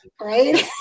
Right